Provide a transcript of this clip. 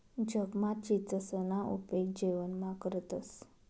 जगमा चीचसना उपेग जेवणमा करतंस